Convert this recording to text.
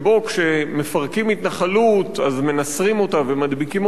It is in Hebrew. שבו כשמפרקים התנחלות אז מנסרים אותה ומדביקים